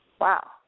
Wow